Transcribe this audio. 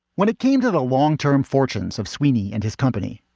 when it came to the long term fortunes of sweeney and his company,